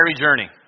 journey